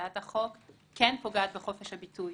שהצעת החוק כן פוגעת בחופש הביטוי,